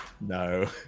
No